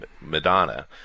Madonna